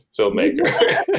filmmaker